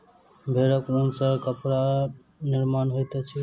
भेड़क ऊन सॅ बहुत कपड़ा निर्माण होइत अछि